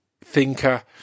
thinker